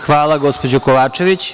Hvala, gospođo Kovačević.